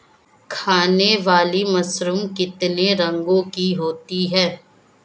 खाने वाली मशरूम कितने रंगों की होती है?